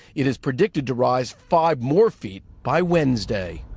it is predicted to rise five more feet by wednesday.